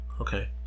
Okay